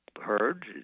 heard